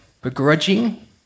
begrudging